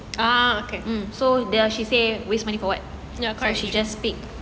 mm so then she say waste money for what then she just pick